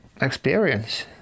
experience